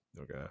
Okay